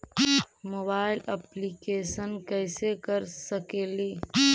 Mobile application कैसे कर सकेली?